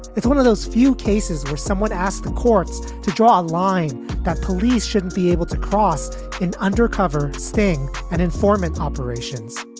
it's one of those few cases where someone asked the courts to draw a line that police shouldn't be able to cross in undercover sting and enforcement operations.